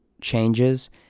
changes